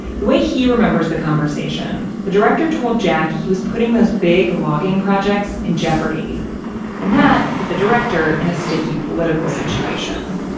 the way he remembers the conversation, the director told jack he was putting those big logging projects in jeopardy and that put the director in a sticky political situation.